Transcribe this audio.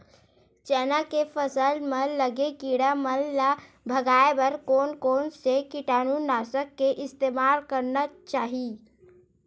चना के फसल म लगे किड़ा मन ला भगाये बर कोन कोन से कीटानु नाशक के इस्तेमाल करना चाहि?